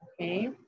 okay